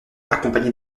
accompagnée